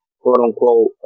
quote-unquote